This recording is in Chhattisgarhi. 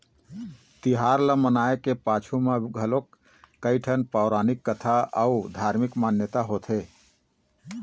तिहार ल मनाए के पाछू म घलोक कइठन पउरानिक कथा अउ धारमिक मान्यता होथे